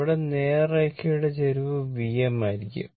ഇവിടെ നേർരേഖയുടെ ചരിവ് Vm ആയിരിക്കും